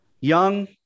young